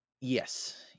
Yes